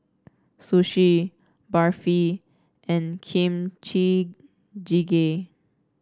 Sushi Barfi and Kimchi Jjigae